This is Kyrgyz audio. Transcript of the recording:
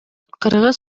кыргыз